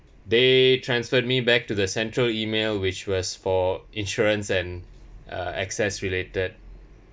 they transferred me back to the central email which was for insurance and uh access related